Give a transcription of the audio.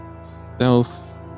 stealth